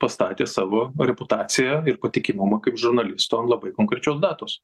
pastatė savo reputaciją ir patikimumą kaip žurnalisto ant labai konkrečios datos